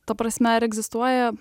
ta prasme ar egzistuoja